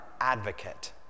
advocate